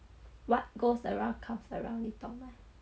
what goes around comes around 你懂吗